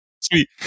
sweet